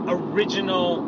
original